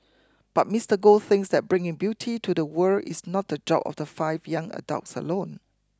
but Mister Goh thinks that bringing beauty to the world is not the job of the five young adults alone